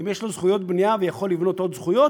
אם יש לו זכויות בנייה והוא יכול לבנות עם עוד זכויות,